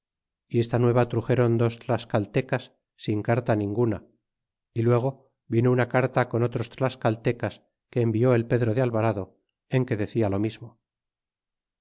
y esta nueva truxeron dos tlascaltecas sin carta ninguna y luego vino una carta con otros tlascaltecas que envió el pedro de alvarado en que decia lo mismo